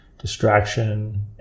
distraction